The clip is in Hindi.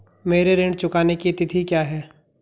मेरे ऋण चुकाने की तिथि क्या है?